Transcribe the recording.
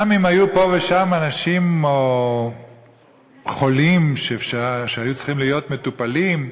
גם אם היו פה ושם אנשים או חולים שהיו צריכים להיות מטופלים,